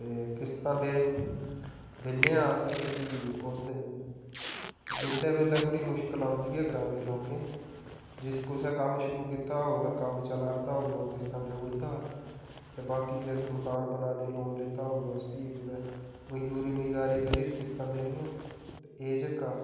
ते किस्तां देन दिन्ने आं अस ते फ्ही ओस दिंदे बेल्लै थोह्ड़ी मुश्कल औंदी ऐ ग्राएं दे लोकें जिस कुसै कम्म शुरू कीता होग ओह्दा कम्म चला'रदा होग तां ओह् किस्तां देई उड़दा ते बाकी जे अस मकान बनान्ने लोन लैता होग तां उस फ्ही कुदै मजदूरी मजदारी करी'र किस्तां देनियां ते एह् जेह्का